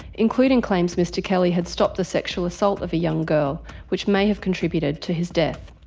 including claims mr kelly had stopped the sexual assault of a young girl which may have contributed to his death.